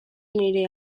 nire